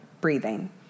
breathing